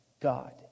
God